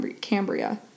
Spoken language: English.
Cambria